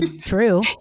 True